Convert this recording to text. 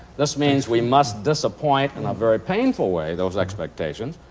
this means we must disappoint in a very painful way those expectations,